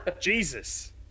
jesus